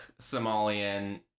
Somalian